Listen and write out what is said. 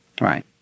right